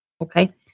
Okay